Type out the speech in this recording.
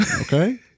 Okay